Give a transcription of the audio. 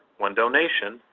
one donation,